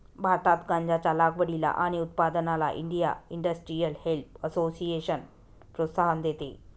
भारतात गांज्याच्या लागवडीला आणि उत्पादनाला इंडिया इंडस्ट्रियल हेम्प असोसिएशन प्रोत्साहन देते